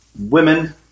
women